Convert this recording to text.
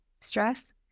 stress